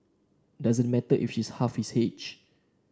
doesn't matter if she's half his age